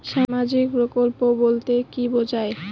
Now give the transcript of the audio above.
সামাজিক প্রকল্প বলতে কি বোঝায়?